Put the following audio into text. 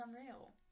unreal